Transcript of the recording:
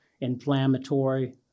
inflammatory